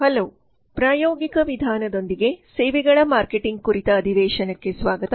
hello ಪ್ರಾಯೋಗಿಕ ವಿಧಾನದೊಂದಿಗೆ ಸೇವೆಗಳ ಮಾರ್ಕೆಟಿಂಗ್ ಕುರಿತ ಅಧಿವೇಶನಕ್ಕೆ ಸ್ವಾಗತ